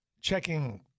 checking